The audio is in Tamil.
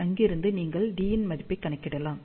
அங்கிருந்து நீங்கள் d இன் மதிப்பைக் கணக்கிடலாம்